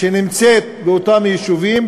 שנמצאת באותם יישובים,